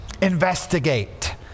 investigate